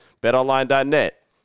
BetOnline.net